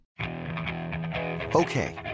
Okay